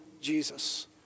Jesus